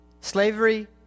Slavery